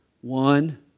One